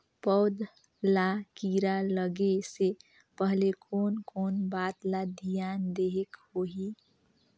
पौध ला कीरा लगे से पहले कोन कोन बात ला धियान देहेक होही?